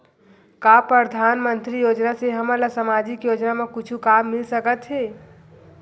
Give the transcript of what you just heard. का परधानमंतरी योजना से हमन ला सामजिक योजना मा कुछु काम मिल सकत हे?